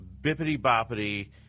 bippity-boppity